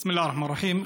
בסם אללה א-רחמאן א-רחים.